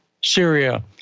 Syria